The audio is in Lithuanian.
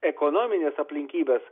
ekonomines aplinkybes